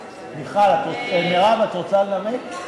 מרב, את רוצה לנמק?